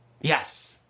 Yes